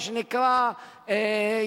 מה שנקרא,